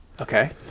Okay